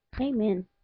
Amen